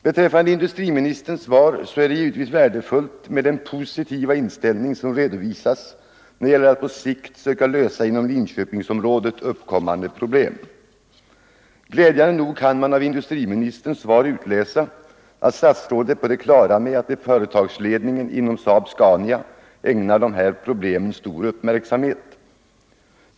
Det är givetvis värdefullt att industriministern redovisar en så positiv inställning när det gäller att på sikt försöka lösa uppkommande problem inom Linköpingsområdet. Glädjande nog kan man av svaret läsa ut att statsrådet är på det klara med att företagsledningen inom SAAB-Scania ägnar dessa problem stor uppmärksamhet.